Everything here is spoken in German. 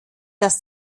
dass